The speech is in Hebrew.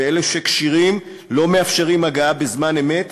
ואלה שכשירים לא מאפשרים הגעה בזמן אמת,